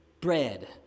bread